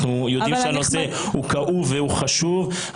אנחנו יודעים שהנושא הוא כאוב וחשוב,